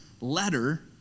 letter